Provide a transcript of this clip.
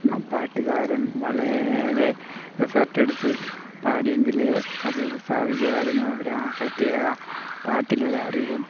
പാട്ടുകാരൻ വളരെ എഫേർട്ട് എടുത്ത് പാടിയെങ്കിലേ അത് സാധിക്കാവൂ അതിന് പ്രത്യേക പാട്ടിൽ ഒരു അറിവും